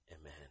amen